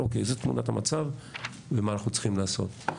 אוקיי, זה תמונת המצב ומה אנחנו צריכים לעשות.